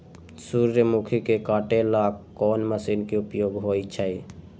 सूर्यमुखी के काटे ला कोंन मशीन के उपयोग होई छइ?